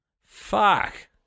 Fuck